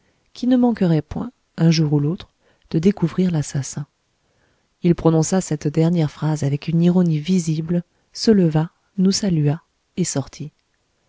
qui ne manquerait point un jour ou l'autre de découvrir l'assassin il prononça cette dernière phrase avec une ironie visible se leva nous salua et sortit